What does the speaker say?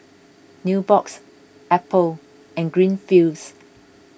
Nubox Apple and Greenfields